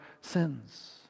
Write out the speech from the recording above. sins